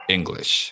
English